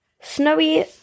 Snowy